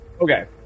Okay